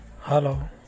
Hello